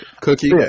Cookie